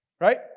right